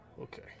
Okay